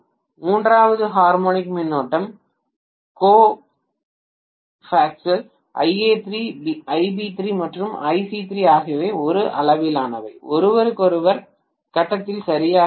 மூன்றாவது ஹார்மோனிக் மின்னோட்டம் cophasal Ia3 Ib3 மற்றும் Ic3 ஆகியவை ஒரே அளவிலானவை ஒருவருக்கொருவர் கட்டத்தில் சரியாக உள்ளன